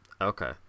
okay